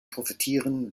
profitieren